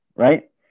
Right